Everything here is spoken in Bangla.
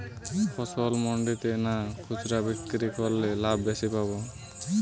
ফসল মন্ডিতে না খুচরা বিক্রি করলে লাভ বেশি পাব?